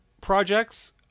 projects